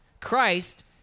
Christ